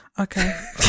okay